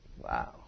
Wow